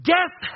Death